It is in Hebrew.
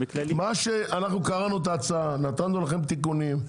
אנחנו קראנו את ההצעה, נתנו לכם תיקונים,